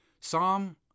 Psalm